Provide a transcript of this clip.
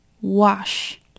wash